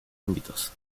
ámbitos